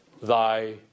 thy